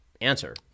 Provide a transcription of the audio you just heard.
answer